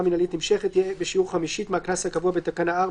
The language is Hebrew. מינהלית נמשכת יהיה בשיעור חמישית מהקנס הקבוע בתקנה 4,